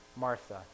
Martha